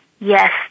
yes